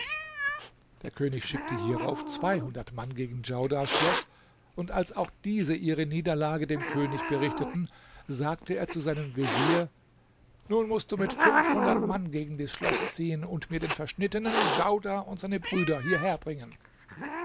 der könig schickte hierauf zweihundert mann gegen djaudars schloß und als auch diese ihre niederlage dem könig berichteten sagte er zu seinem vezier nun mußt du mit fünfhundert mann gegen dies schloß ziehen und mir den verschnittenen djaudar und seine brüder